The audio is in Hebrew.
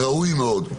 ראוי מאוד,